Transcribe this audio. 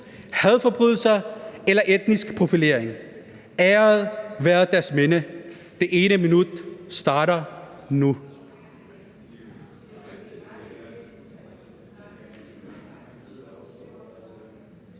hadforbrydelser eller etnisk profilering. Æret være deres minde! Det ene minut starter nu.